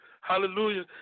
hallelujah